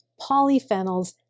polyphenols